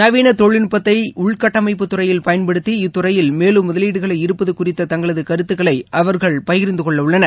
நவீன தொழில் நுட்பத்தை உள்கட்டமைப்புத் துறையில் பயன்படுத்தி இத்துறையில் மேலும் முதலீடுகளை ஈர்ப்பது குறித்த தங்களது கருத்துக்களை அவர்கள் பகிர்ந்து கொள்ளவுள்ளனர்